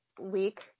week